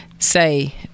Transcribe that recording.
say